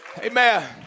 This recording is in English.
Amen